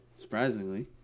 surprisingly